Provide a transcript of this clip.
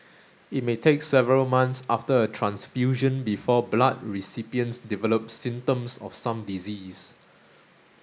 it may take several months after a transfusion before blood recipients develop symptoms of some diseases